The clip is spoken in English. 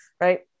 right